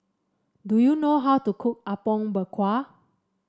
do you know how to cook Apom Berkuah